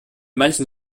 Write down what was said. manchen